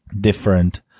different